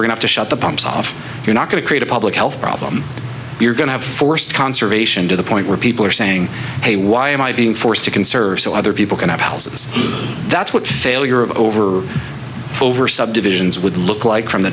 we're going to shut the pumps off you're not going to create a public health problem you're going to have forced conservation to the point where people are saying hey why am i being forced to conserve so other people can have houses that's what failure of over over subdivisions would look like from the